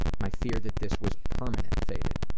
my fear that this was permanent faded.